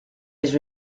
was